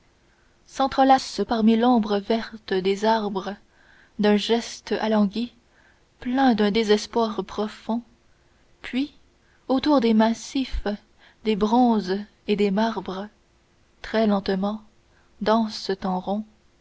s'entrelacent parmi l'ombre verte des arbres d'un geste alangui plein d'un désespoir profond puis autour des massifs des bronzes et des marbres très lentement dansent en rond